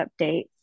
updates